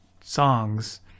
songs